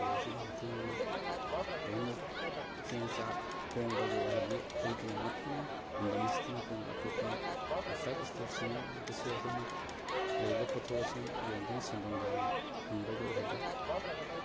ꯐꯧ ꯑꯁꯤꯒꯤ ꯃꯇꯦꯡꯅ ꯂꯣꯏꯅ ꯆꯦꯡ ꯆꯥꯛ ꯍꯣꯡꯕꯗꯨ ꯑꯣꯏꯍꯜꯂꯤ ꯑꯗꯨꯇ ꯅꯠꯇꯅ ꯂꯝꯗꯝ ꯑꯁꯤꯗ ꯅꯠꯇꯅ ꯑꯇꯣꯞꯄ ꯑꯥꯎꯠꯁꯥꯏꯠ ꯏꯁꯇꯦꯠꯁꯤꯡꯗꯁꯨ ꯑꯩꯈꯣꯏꯅ ꯂꯩꯔꯤꯕ ꯄꯣꯊꯣꯛ ꯑꯁꯤ ꯌꯣꯟꯗꯨꯅ ꯁꯦꯟꯗꯣꯡ ꯌꯥꯝꯅ ꯐꯪꯕ ꯍꯥꯏꯗꯨ ꯑꯣꯏꯍꯜꯂꯤ